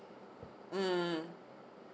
mm